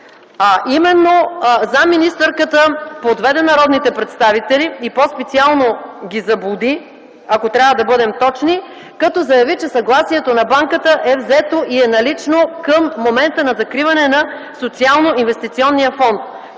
А именно заместник-министърката подведе народните представители и по-специално ги заблуди, ако трябва да бъдем точни, като заяви, че съгласието на банката е взето и е налично към момента на закриване на Социално-инвестиционния фонд.